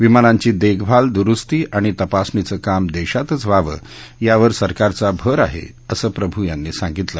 विमानांची देखभाल द्रुस्ती आणि तपासणीचं काम देशातच व्हावं यावर सरकारचा भर आहे असं प्रभू यांनी सांगितलं